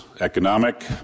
economic